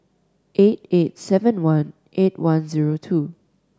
eight eight seven one eight one zero two